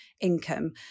income